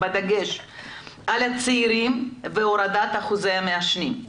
בדגש על הצעירים והורדת אחוזי המעשנים.